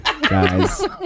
Guys